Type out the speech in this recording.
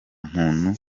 muntu